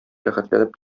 рәхәтләнеп